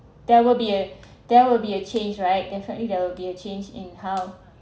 there will be there will be a change right definitely there will be a change in how